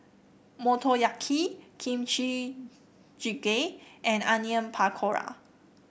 Motoyaki Kimchi Jjigae and Onion Pakora